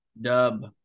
Dub